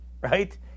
Right